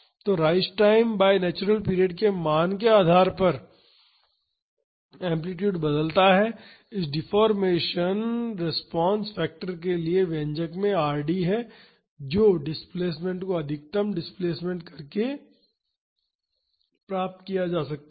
तो rise time by natural period के मान के आधार पर एम्पलीटूड बदलता है इस डिफ़ॉर्मेशन रिस्पांस फैक्टर के लिए व्यंजक में Rd है जो डिस्प्लेसमेंट को अधिकतम डिस्प्लेसमेंट करके प्राप्त किया जा सकता है